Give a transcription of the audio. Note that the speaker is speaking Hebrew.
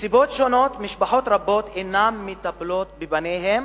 מסיבות שונות משפחות רבות אינן מטפלות בבניהן